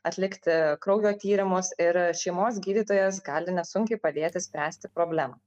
atlikti kraujo tyrimus ir šeimos gydytojas gali nesunkiai padėti spręsti problemą